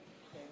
שקט.